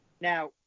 now